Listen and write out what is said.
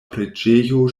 preĝejo